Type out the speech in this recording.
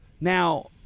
now